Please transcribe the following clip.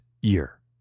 year